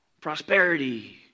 Prosperity